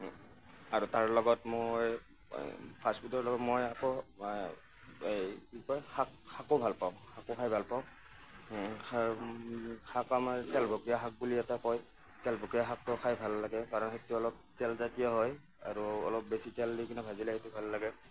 আৰু তাৰ লগত মই ফাষ্ট ফুডৰ লগত মই আকৌ এই কি কয় শাক শাকো ভাল পাওঁ শাকো খাই ভাল পাওঁ শাক আমাৰ তেল ভকীয়া শাক বুলি এটা কয় তেল ভকীয়া শাকটো খাই ভাল লাগে কাৰণ সেইটো অলপ তেল জাতীয় হয় আৰু অলপ বেছি তেল দি কিনে ভাজিলে সেইটো ভাল লাগে